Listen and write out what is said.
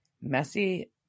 Messy